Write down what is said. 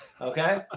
Okay